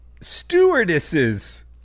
Stewardesses